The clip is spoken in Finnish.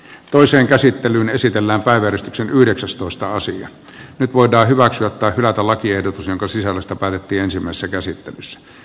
toisen käsittelyn esitellä päivät yhdeksästoista asia nyt voidaan hyväksyä tai hylätä lakiehdotus jonka sisällöstä päätettiin ensimmäisessä käsittelyssä